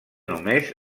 només